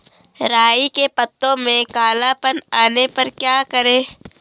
राई के पत्तों में काला पन आने पर क्या करें?